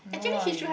no lah you